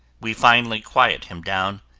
we finally quiet him down.